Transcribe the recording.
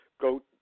go